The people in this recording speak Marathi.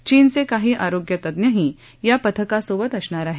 चीनचे काही आरोग्य तज्ञही या पथकासोबत असणार आहेत